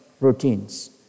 routines